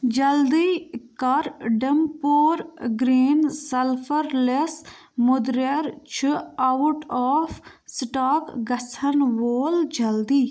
جلدی کر Dhampur green sulphur لٮ۪س مٔدریر چھُ آوُٹ آف سِٹاک گژھن وول جلدی